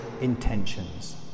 intentions